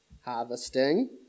harvesting